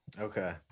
Okay